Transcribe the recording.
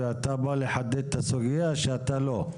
ואתה בא לחדד את הסוגיה שאתה לא.